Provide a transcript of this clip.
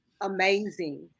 amazing